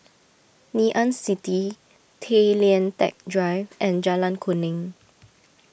Ngee Ann City Tay Lian Teck Drive and Jalan Kuning